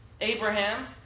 Abraham